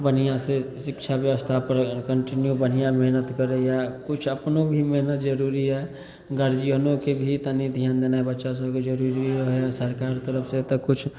बढ़िआँसे शिक्षा बेबस्थापर करैए कन्टिन्यू बढ़िआँ मेहनति करैए किछु अपनो भी मेहनति जरूरी हइ गार्जिअनोके भी तनि धिआन देनाइ बच्चासभके जरूरी रहै हइ सरकार तरफसे तऽ किछु